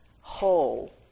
whole